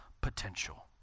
potential